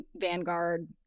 Vanguard